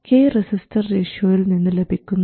k resistor റേഷ്യോയിൽ നിന്ന് ലഭിക്കുന്നു